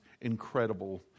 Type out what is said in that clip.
incredible